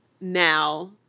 now